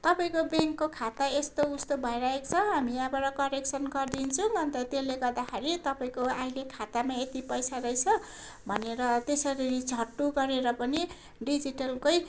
तपाईँको ब्याङ्कको खाता यस्तो उस्तो भइरहेको छ हामी यहाँबाट करेक्सन गरिदिन्छौँ अन्त त्यसले गर्दाखेरि तपाईँको अहिले खातामा यति पैसा रहेछ भनेर त्यसरी छट्टु गरेर पनि डिजिटलकै